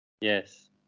Yes